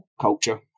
culture